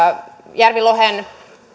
järvilohen